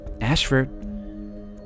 Ashford